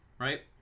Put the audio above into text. right